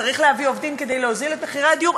צריך להביא עובדים כדי להוזיל את הדיור,